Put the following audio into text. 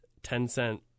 Tencent